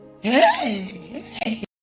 hey